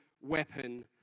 weapon